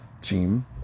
team